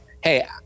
hey